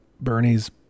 bernie's